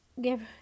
give